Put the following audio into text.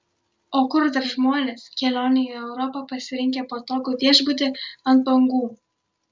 o kur dar žmonės kelionei į europą pasirinkę patogų viešbutį ant bangų